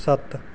ਸੱਤ